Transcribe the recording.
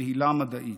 בהילה מדעית.